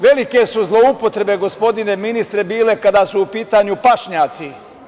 Velike su zloupotrebe, gospodine ministre, bile kada su u pitanju pašnjaci.